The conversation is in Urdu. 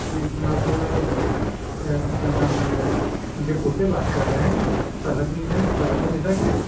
جی تو آپ کیا نام ہے ان کے پوتے بات کر رہے ہیں فرحت نساء فرحت النساء کے